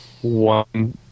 one